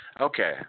Okay